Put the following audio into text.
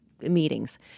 Meetings